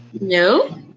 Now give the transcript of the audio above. No